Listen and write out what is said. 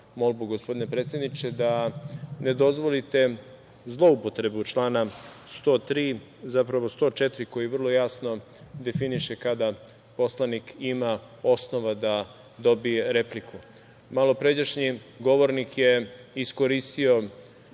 molbu, gospodine predsedniče, da ne dozvolite zloupotrebu člana 104. koji vrlo jasno definiše kada poslanik ima osnova da dobije repliku. Malopređašnji poslanik je iskoristio